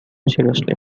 seriously